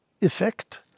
effect